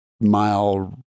mile